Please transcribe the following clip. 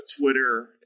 Twitter